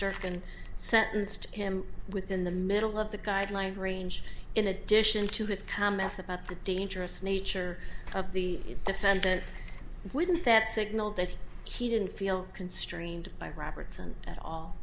durcan sentenced him within the middle of the guideline range in addition to his comments about the dangerous nature of the defendant wouldn't that signal that he didn't feel constrained by robertson at all